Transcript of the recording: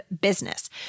business